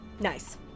Nice